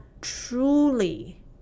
truly